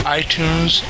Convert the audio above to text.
iTunes